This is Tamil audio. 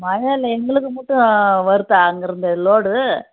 மழையில் எங்களுக்கு மட்டும் வருதா அங்கிருந்து லோடு